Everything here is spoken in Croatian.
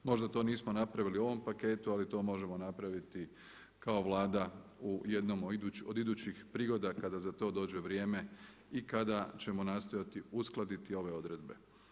Možda to nismo napravili u ovom paketu ali to možemo napraviti kao Vlada u jednom od idućih prigoda kada za to dođe vrijeme i kada ćemo nastojati uskladiti ove odredbe.